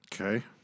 okay